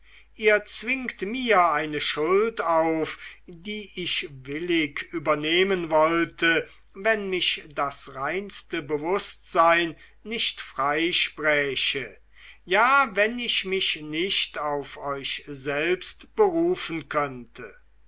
ihr zwingt mir eine schuld auf die ich willig übernehmen wollte wenn mich das reinste bewußtsein nicht freispräche ja wenn ich mich nicht auf euch selbst berufen könnte